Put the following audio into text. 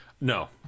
No